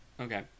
Okay